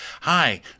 Hi